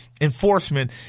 enforcement